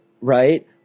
right